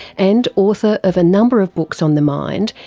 and author of a number of books on the mind,